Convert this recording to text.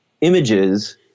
images